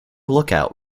lookout